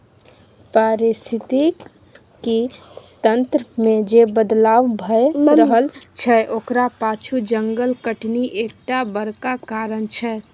पारिस्थितिकी तंत्र मे जे बदलाव भए रहल छै ओकरा पाछु जंगल कटनी एकटा बड़का कारण छै